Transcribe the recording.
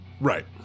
Right